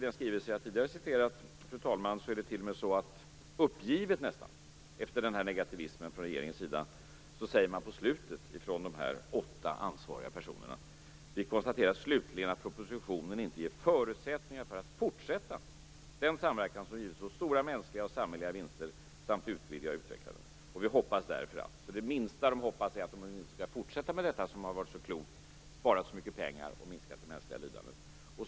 I den skrivelse jag tidigare läst ur, fru talman, är det t.o.m. så att man på slutet, nästan uppgivet efter denna negativism från regeringens sida, säger från dessa åtta ansvariga personers sida: Vi konstaterar slutligen att propositionen inte ger förutsättningar för att fortsätta den samverkan som givit så stora mänskliga och samhälleliga vinster samt utvidga och utveckla den, och vi hoppas därför att -. Det minsta de hoppas är alltså att de skall få fortsätta med detta som har varit så klokt, sparat så mycket pengar och minskat det mänskliga lidandet.